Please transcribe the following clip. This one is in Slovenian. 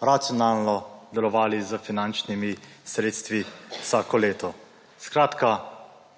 racionalno delovali s finančnimi sredstvi vsako leto. Skratka